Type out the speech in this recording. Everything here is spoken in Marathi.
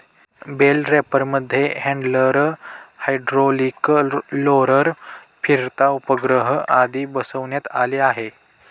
बेल रॅपरमध्ये हॅण्डलर, हायड्रोलिक रोलर, फिरता उपग्रह आदी बसवण्यात आले आहे